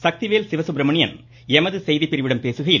சக்திவேல் சிவசுப்ரமணியன் எமது செய்திப்பிரிவிடம் பேசுகையில்